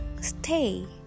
stay